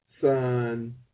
son